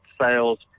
sales